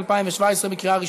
109 ו-116 לתקנון